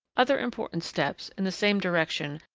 other important steps, in the same direction,